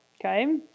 okay